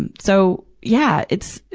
and so, yeah, it's,